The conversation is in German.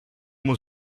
muss